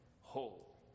whole